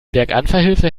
berganfahrhilfe